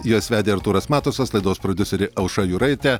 juos vedė artūras matusas laidos prodiuserė aušra juraitė